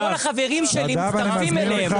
וכל החברים שלי מצטרפים אליהם.